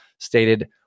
stated